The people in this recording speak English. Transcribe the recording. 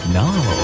now